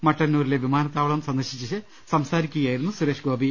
മട്ടന്നൂരിലെ വി മാനത്താവളം സന്ദർശിച്ച് സംസാരിക്കുകയായിരുന്നു സുരേഷ്ഗോപി